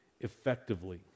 effectively